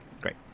Great